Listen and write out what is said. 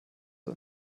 und